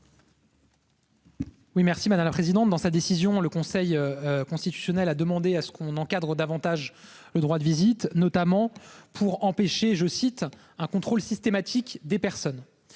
Oui merci madame la présidente. Dans sa décision, le Conseil. Constitutionnel a demandé à ce qu'on encadre davantage le droit de visite, notamment pour empêcher je cite un contrôle systématique des personnes et